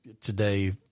today